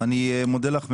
אני מודה לך מאוד.